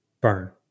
burn